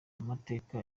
amateka